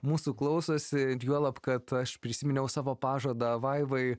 mūsų klausosi juolab kad aš prisiminiau savo pažadą vaivai